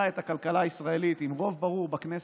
את הכלכלה הישראלית עם רוב ברור בכנסת,